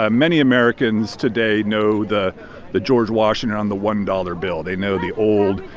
ah many americans today know the the george washington on the one-dollar bill. they know the old,